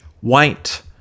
white